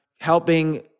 helping